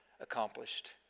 accomplished